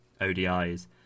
ODIs